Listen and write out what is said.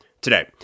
today